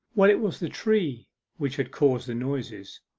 well, it was the tree which had caused the noises.